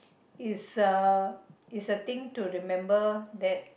is uh is a thing to remember that